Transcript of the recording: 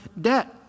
debt